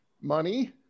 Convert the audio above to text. Money